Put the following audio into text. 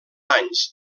anys